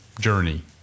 journey